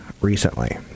recently